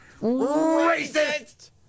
racist